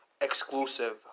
exclusive